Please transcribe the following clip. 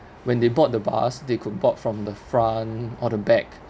when they board the bus they could board from the front or the back